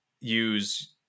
use